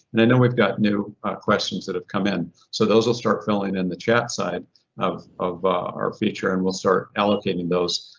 and i know we've got new questions that have come in. so those will start filling in the chat side of of our feature and we'll start allocating those.